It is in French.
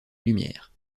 lumière